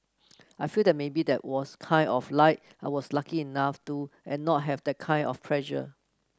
I feel that maybe that was kind of like I was lucky enough to and not have that kind of pressure